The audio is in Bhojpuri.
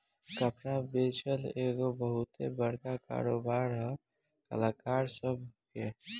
कपड़ा बेचल एगो बहुते बड़का कारोबार है कलाकार सभ के